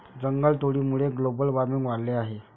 जंगलतोडीमुळे global warming वाढले आहे